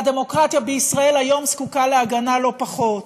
והדמוקרטיה בישראל היום זקוקה להגנה לא פחות,